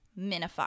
minify